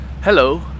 Hello